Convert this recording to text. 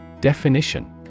Definition